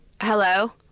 Hello